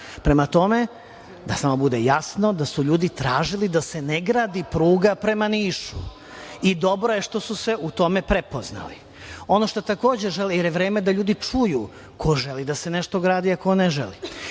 evra. Da samo bude jasno da su ljudi tražili da se ne gradi pruga prema Nišu. I dobro je što su se u tome prepoznali. Ono što takođe želim, jer je vreme da ljudi čuju, ko želi da se nešto gradi, a ko ne želi.